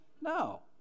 No